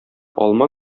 алма